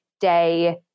day